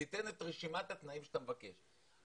תיתן את רשימת התנאים שאתה מבקש,